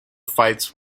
fights